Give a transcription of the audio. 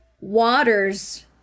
Waters